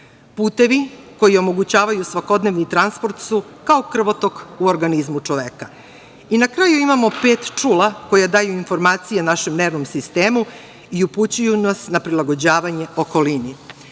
Putevi koji omogućavaju svakodnevni transport su kao krvotok u organizmu čoveka. Na kraju imamo pet čula koja daju informacije našem nervnom sistemu i upućuju nas na prilagođavanje okolini.